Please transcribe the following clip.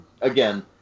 Again